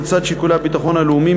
ולצד שיקולי הביטחון הלאומי,